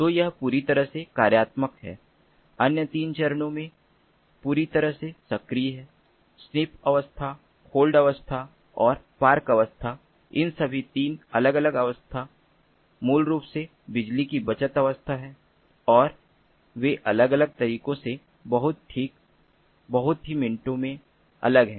तो यह पूरी तरह कार्यात्मक है अन्य 3 चरणों में पूरी तरह से सक्रिय है स्नीफ अवस्था होल्ड अवस्था और पार्क अवस्था इन सभी 3 अलग अलग अवस्था मूल रूप से बिजली की बचत अवस्था हैं और वे अलग अलग तरीकों से बहुत ठीक बहुत ही मिनटों में अलग है